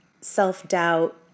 self-doubt